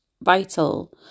vital